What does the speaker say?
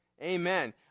amen